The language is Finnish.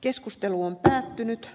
keskustelu on päättynyt